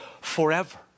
forever